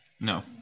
No